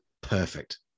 perfect